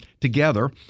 together